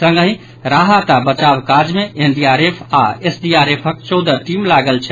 संगहि राहत आ बचाव काज मे एनडीआरएफ आओर एसडीआरएफक चौदह टीम लागल अछि